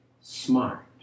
smart